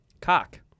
Cock